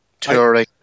touring